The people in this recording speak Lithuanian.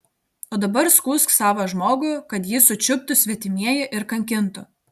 o dabar skųsk savą žmogų kad jį sučiuptų svetimieji ir kankintų